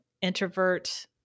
introvert